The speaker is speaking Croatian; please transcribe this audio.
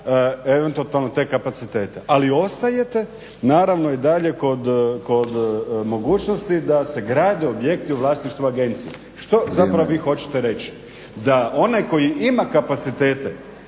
eventualno te kapacitete, ali ostajete naravno i dalje kod mogućnosti da se gradi objekt u vlasništvu agencije. Što zapravo vi hoćete reći, da onaj koji ima kapacitete,